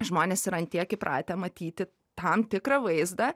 žmonės yra ant tiek įpratę matyti tam tikrą vaizdą